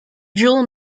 jewel